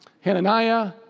Hananiah